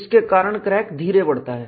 इसके कारण क्रैक धीरे बढ़ता है